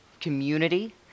community